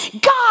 God